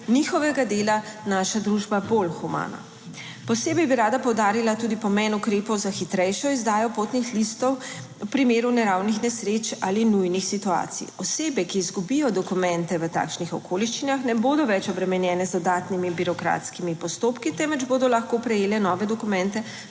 njihovega dela Naša družba bolj humana. Posebej bi rada poudarila tudi pomen ukrepov za hitrejšo izdajo potnih listov v primeru naravnih nesreč ali nujnih situacij. Osebe, ki izgubijo dokumente v takšnih okoliščinah, ne bodo več obremenjene z dodatnimi birokratskimi postopki, temveč bodo lahko prejele nove dokumente